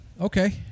Okay